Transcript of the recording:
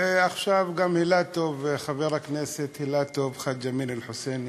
עכשיו גם חבר הכנסת אילטוב, חאג' אמין אל-חוסייני.